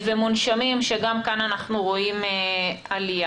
ומונשמים, שגם כאן אנחנו רואים עלייה.